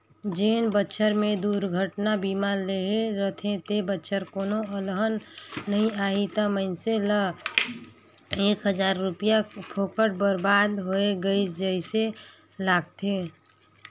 जेन बच्छर मे दुरघटना बीमा लेहे रथे ते बच्छर कोनो अलहन नइ आही त मइनसे ल एक हजार रूपिया फोकट बरबाद होय गइस जइसे लागथें